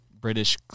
British